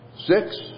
Six